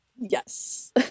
Yes